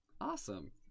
Awesome